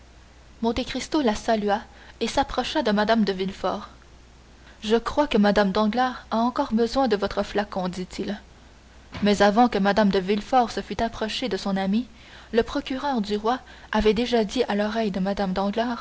chaise monte cristo la salua et s'approcha de mme de villefort je crois que mme danglars a encore besoin de votre flacon dit-il mais avant que mme de villefort se fût approchée de son amie le procureur du roi avait déjà dit à l'oreille de